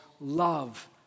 love